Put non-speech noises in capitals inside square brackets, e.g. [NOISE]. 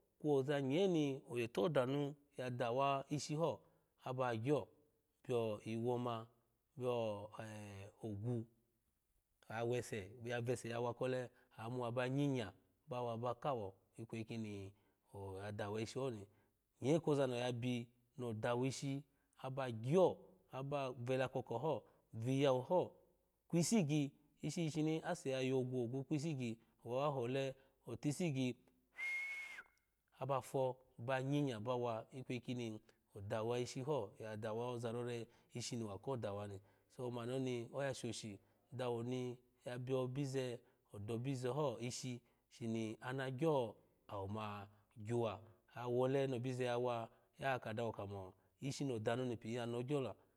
Kwo oza nye ni oyotuho danu ya dawa ishi ho aba gyo kwoiwo mo kwo e ogu a wese a vese yawa kole a muwa ba nyinya bawa ba kawo ikweyi kini oya daw ishi ho ni nye kozani koka ho vingawu ho kwi isigyi ishi shishini ase ya yogwu ogu kpi isigyi owa wa hole otisigya [NOISE] aba fo ba nyinya bawa ikweyi kini odawa ishi ho ya dawa oza rore ishi ni wako dawa ni so mani oni oya shoshi ana gyo awo ama gyuwa oya wole nobize yawa a kadawo kamo ishi no danu ni pin ya no gyo la